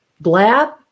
Blab